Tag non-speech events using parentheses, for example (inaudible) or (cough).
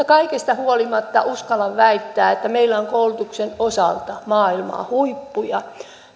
(unintelligible) kaikesta huolimatta uskallan väittää että meillä on koulutuksen osalta maailman huippuja